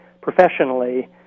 professionally